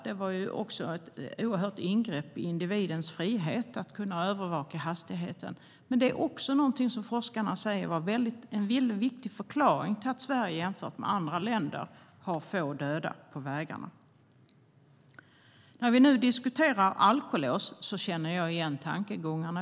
Det sas också vara ett oerhört ingrepp i individens frihet man att kunde övervaka hastigheten, men det är också något som forskarna säger är en viktig förklaring till att Sverige jämfört med andra länder har få som dödas på vägarna. När vi nu diskuterar alkolås känner jag igen tankegångarna.